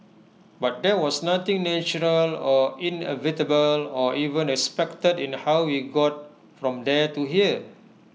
but there was nothing natural or inevitable or even expected in how we got from there to here